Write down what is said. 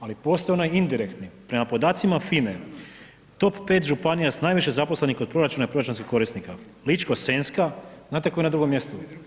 Ali postoji ono indirektno, prema podacima FINA-e, top 5 županija s najviše zaposlenih kod proračuna i proračunskih korisnika, Ličko-senjska, znate tko je na drugom mjestu?